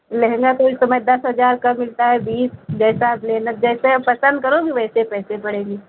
लहंगा तो इस समय दस हजार का मिलता है बीस जैसा आप लेना जैसे आप पसंद करोगे वैसे पैसे पड़ेंगे